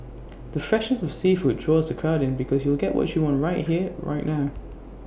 the freshness of the seafood draws the crowd in because you'll get what you want right here right now